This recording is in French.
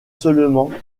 seulement